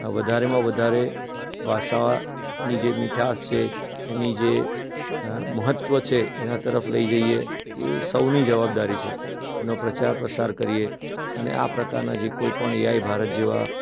વધારેમા વધારે ભાષાની જે મીઠાશ છે એની જે મહત્ત્વ છે એના તરફ લઈ જઈએ એ સૌની જવાબદારી છે એનો પ્રચાર પ્રસાર કરીએ અને આ પ્રકારના જે કોઈપણ એ આઈ ભારત જેવા